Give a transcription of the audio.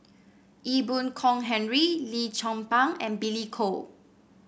Ee Boon Kong Henry Lim Chong Pang and Billy Koh